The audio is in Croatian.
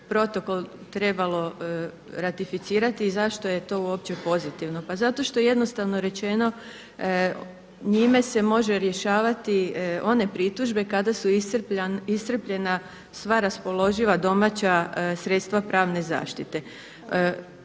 protokol trebalo ratificirati i zašto je to uopće pozitivno? Pa zato što je jednostavno rečeno njime se može rješavati one pritužbe kada su iscrpljena sva raspoloživa domaća sredstva pravne zaštite.